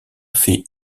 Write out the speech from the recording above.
fait